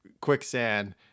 quicksand